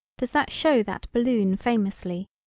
does that show that balloon famously.